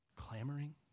clamoring